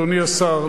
אדוני השר,